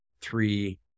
three